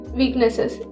weaknesses